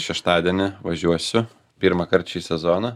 šeštadienį važiuosiu pirmąkart šį sezoną